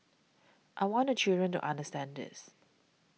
I want the children to understand this